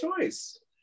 choice